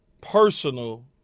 personal